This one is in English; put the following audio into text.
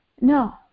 No